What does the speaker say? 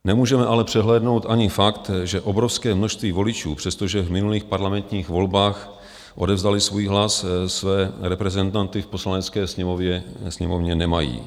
Nemůžeme ale přehlédnout ani fakt, že obrovské množství voličů, přestože v minulých parlamentních volbách odevzdali svůj hlas, své reprezentanty v Poslanecké sněmovně nemají.